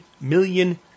million